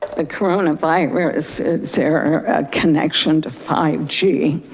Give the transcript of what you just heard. the coronavirus, is there a connection to five g.